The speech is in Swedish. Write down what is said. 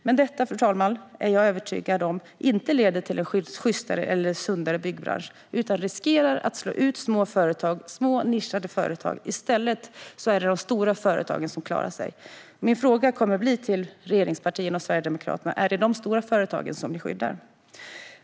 Jag är dock övertygad om att detta förslag inte leder till en sjystare eller sundare byggbransch, fru talman. I stället riskerar det att slå ut små nischade företag medan de stora företagen klarar sig. Min fråga till regeringspartierna och Sverigedemokraterna kommer att bli: Är det de stora företagen ni skyddar?